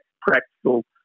practical